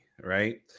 right